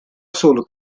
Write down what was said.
solo